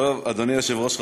אדוני היושב-ראש,